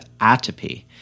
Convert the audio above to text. atopy